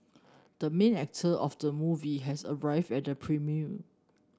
the main actor of the movie has arrived at the premiere